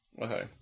Okay